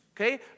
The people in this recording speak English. Okay